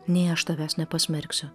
nei aš tavęs nepasmerksiu